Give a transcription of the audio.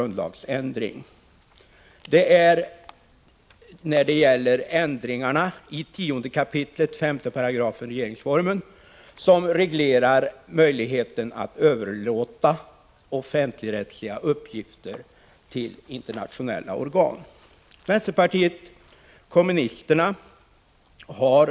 När det gäller ändringarna i 10 kap. 5 § regeringsformen, som reglerar möjligheten att överlåta offentligrättsliga uppgifter till internationella organ, reserverade sig vpk vid den första riksdagsbehandlingen.